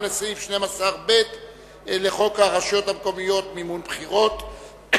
לסעיף 12ב לחוק הרשויות המקומיות (מימון בחירות),